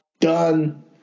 Done